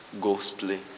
ghostly